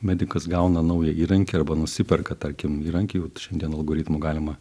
medikas gauna naują įrankį arba nusiperka tarkim įrankį jau šiandien algoritmų galima